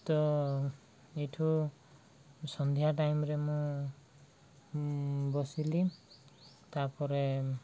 ତ ଏଇଠୁ ସନ୍ଧ୍ୟା ଟାଇମ୍ରେ ମୁଁ ବସିଲି ତାପରେ